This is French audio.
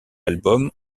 album